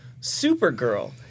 supergirl